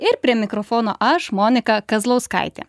ir prie mikrofono aš monika kazlauskaitė